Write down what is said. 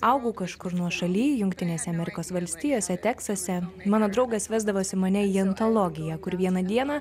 augau kažkur nuošaly jungtinėse amerikos valstijose teksase mano draugas vesdavosi mane į antologiją kur vieną dieną